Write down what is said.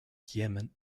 yemen